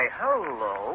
hello